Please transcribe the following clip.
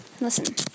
listen